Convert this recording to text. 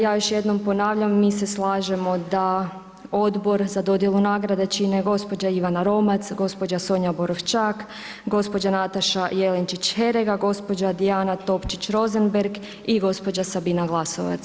Ja još jednom ponavljam mi se slažemo da Odbor za dodjelu nagrada čine gospođa Ivana Romac, gospođa Sonja Borovšćak, gospođa Nataša Jelenčić Herega, gospođa Dijana Topčić Rozenberg i gospođa Sabina Glasovac.